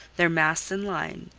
their masts in line,